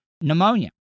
pneumonia